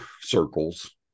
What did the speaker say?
circles